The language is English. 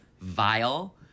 vile